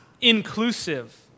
inclusive